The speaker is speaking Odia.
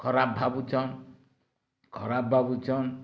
ଖରାପ ଭାବୁଛନ୍ ଖରାପ ଭାବୁଛନ୍